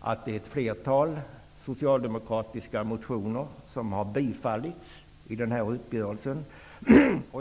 att ett flertal socialdemokratiska motioner har bifallits i den här uppgörelsen.